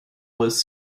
was